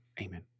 Amen